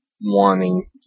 wanting